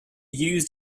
used